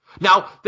Now